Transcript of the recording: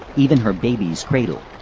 even her baby's cradle.